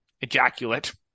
ejaculate